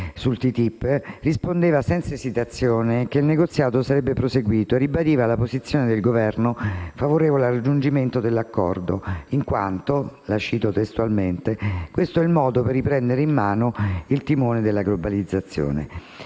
lei rispondeva, senza esitazioni, che il negoziato sarebbe proseguito e ribadiva la posizione del Governo favorevole al raggiungimento dell'accordo, affermando che cito testualmente - questo è il modo per riprendere in mano il timone della globalizzazione.